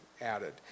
added